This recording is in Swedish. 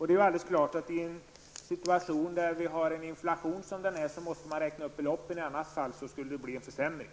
Det är klart att beloppen med rådande inflation måste räknas upp. I annat fall skulle det ju bli en försämring.